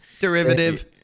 derivative